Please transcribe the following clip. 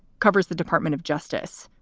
covers the department of justice,